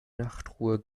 nachtruhe